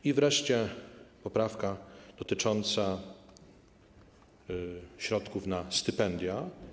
I wreszcie poprawka dotycząca środków na stypendia.